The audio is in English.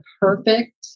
perfect